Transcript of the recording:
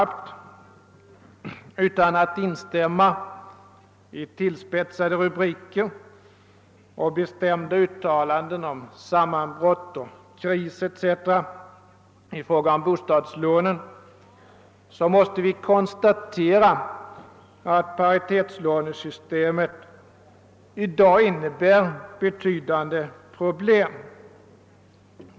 Utan att instämma i tillspetsade rubriker och bestämda uttalanden om sammanbrott, kris etc. i fråga om bostadslånen, måste vi konstatera att paritetslånesystemet i dag medför betydande problem.